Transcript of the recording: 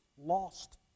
lost